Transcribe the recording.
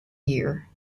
year